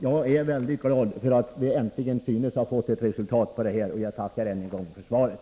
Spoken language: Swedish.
Det gläder mig att denna fråga äntligen synes bli löst, och därmed tackar jag ännu en gång för svaret.